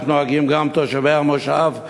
כך נוהגים גם תושבי המושב אבן-ספיר.